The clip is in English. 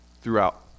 throughout